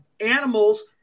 animals